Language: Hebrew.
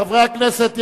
חברי הכנסת,